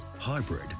hybrid